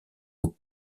aux